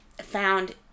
found